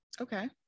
okay